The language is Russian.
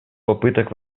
попыток